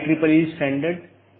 अन्यथा पैकेट अग्रेषण सही नहीं होगा